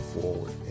forward